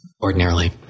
ordinarily